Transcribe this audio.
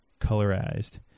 colorized